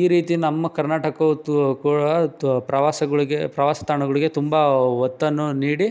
ಈ ರೀತಿ ನಮ್ಮ ಕರ್ನಾಟಕ ಪ್ರವಾಸಗಳಿಗೆ ಪ್ರವಾಸ ತಾಣಗಳಿಗೆ ತುಂಬ ಒತ್ತನ್ನು ನೀಡಿ